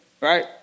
right